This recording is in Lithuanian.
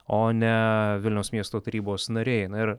o ne vilniaus miesto tarybos nariai na ir